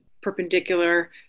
perpendicular